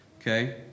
okay